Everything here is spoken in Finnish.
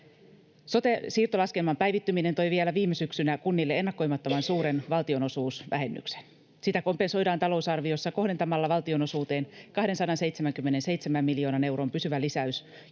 Sote-siirtolaskelman päivittyminen toi vielä viime syksynä kunnille ennakoimattoman suuren valtionosuusvähennyksen. Sitä kompensoidaan talousarviossa kohdentamalla valtionosuuteen 277 miljoonan euron pysyvä lisäys,